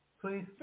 please